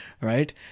right